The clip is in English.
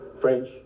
French